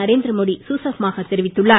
நரேந்திரமோடி சூசகமாக தெரிவித்துள்ளார்